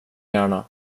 gärna